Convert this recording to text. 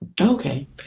Okay